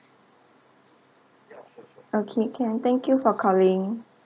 okay can thank you for calling